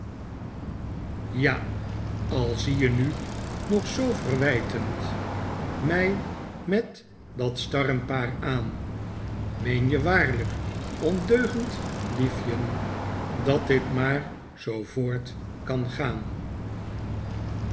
ja al zie je nu nog zoo verwijtend mij met dat starrenpaar aan meen je waarlijk ondeugend liefjen dat dit maar zoo voort kan gaan